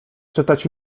czytać